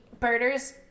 birders